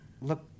look